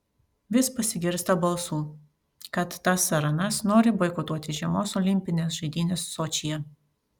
vis pasigirsta balsų kad tas ar anas nori boikotuoti žiemos olimpines žaidynes sočyje